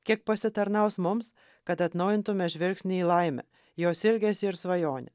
kiek pasitarnaus mums kad atnaujintume žvilgsnį į laimę jos ilgesį ir svajonę